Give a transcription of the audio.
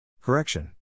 Correction